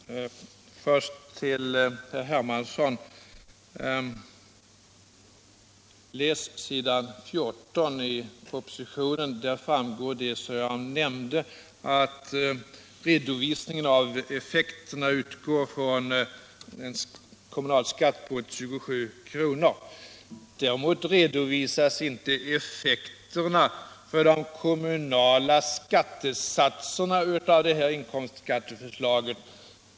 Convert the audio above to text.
Herr talman! Först till herr Hermansson: Läs s. 14 i propositionen. Där framgår det som jag nämnde, att redovisningen utgår från en kommunalskatt på 27 kr. Däremot redovisas inte de samlade effekterna för de kommunala skattesatserna av det här inkomstskatteförslaget.